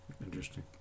Interesting